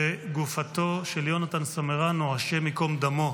גופתו של יונתן סמרנו, השם ייקום דמו,